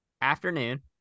afternoon